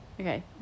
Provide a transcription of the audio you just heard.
Okay